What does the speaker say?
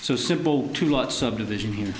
so simple to lot subdivision here